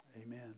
Amen